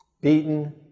Beaten